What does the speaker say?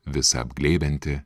visa apglėbianti